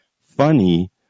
funny